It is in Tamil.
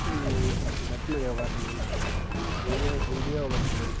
பத்ம யோகாசனம் யோகாசனம்